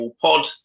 Pod